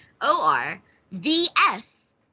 O-R-V-S